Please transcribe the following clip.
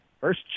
First